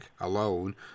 alone